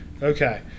Okay